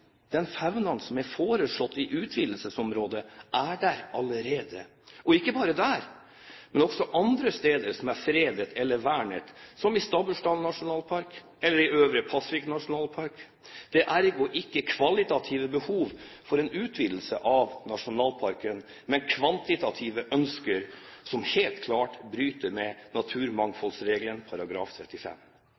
Den faunaen som er foreslått fredet i utvidelsesområdet, er der allerede, og ikke bare der, men også andre steder som er fredet eller vernet, som i Stabbursdalen nasjonalpark eller i Øvre Pasvik nasjonalpark. Ergo er det ikke kvalitative behov for en utvidelse av nasjonalparken, men kvantitative ønsker, som helt klart bryter med naturmangfoldloven § 35.